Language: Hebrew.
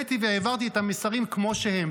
והעליתי והעברתי את המסרים כמו שהם.